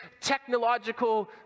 technological